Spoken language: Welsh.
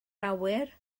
awyr